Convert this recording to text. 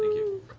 you.